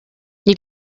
you